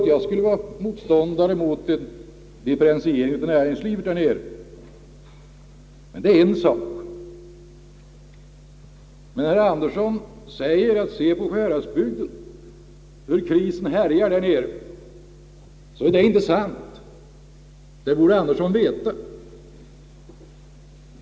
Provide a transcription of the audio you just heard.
Jag är inte motståndare till en differentiering av näringslivet där nere, men det är inte sant att krisen härjar i Sjuhäradsbygden.